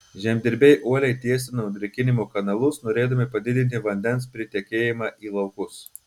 žemdirbiai uoliai tiesino drėkinimo kanalus norėdami padidinti vandens pritekėjimą į laukus